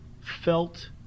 felt